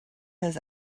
his